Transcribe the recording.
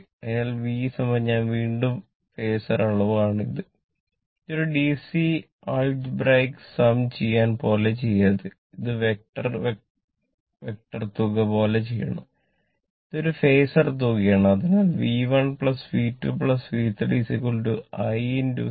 അതിനാൽ V ഞാൻ വീണ്ടും വീണ്ടും ഫാസർ തുകയാണ് അതിനാൽ V1 V2 V3 I